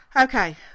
Okay